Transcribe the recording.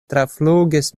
traflugis